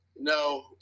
No